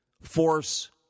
force